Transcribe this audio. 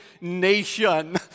nation